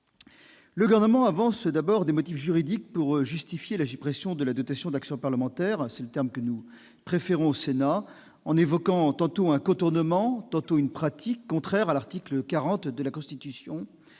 Le Gouvernement avance tout d'abord des motifs juridiques pour justifier la suppression de la « dotation d'action parlementaire »- c'est le terme que nous préférons au Sénat -, en évoquant tantôt un « contournement », tantôt une pratique « contraire » à l'article 40 de la Constitution,